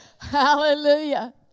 hallelujah